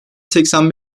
seksen